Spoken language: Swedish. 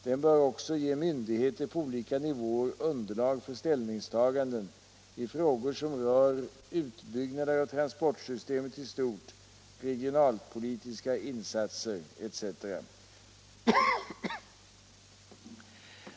Den bör också ge myndigheter på olika nivåer underlag för ställningstaganden i frågor som rör utbyggnader av transportsystemet i stort, regionalpolitiska insatser etc.